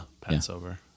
Passover